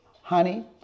honey